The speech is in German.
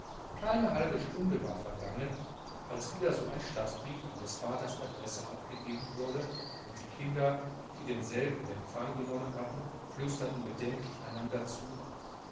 keine halbe stunde war vergangen als wieder so ein stadtbrief an des vaters adresse abgegeben wurde und die kinder die denselben in empfang genommen hatten flüsterten bedenklich untereinander es